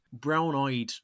brown-eyed